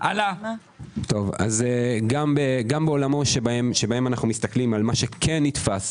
גם בעולמות שבהם אנו מסתכלים על מה שכן נתפס,